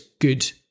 good